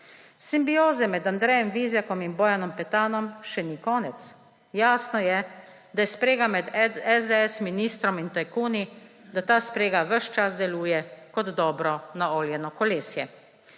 Simbioze med Andrejem Vizjakom in Bojanom Petanom še ni konec. Jasno je, da je sprega med SDS, ministrom in tajkuni, da ta sprega ves čas deluje kot dobro naoljeno kolesje.